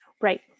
Right